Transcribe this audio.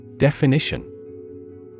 Definition